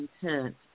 intent